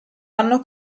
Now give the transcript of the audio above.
hanno